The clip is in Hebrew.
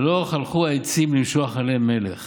"הלוך הלכו העצים למשֹח עליהם מלך